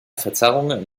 verzerrungen